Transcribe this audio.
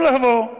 במקום לבוא,